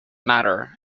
matter